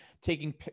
taking